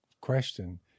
question